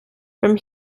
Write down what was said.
from